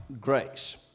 grace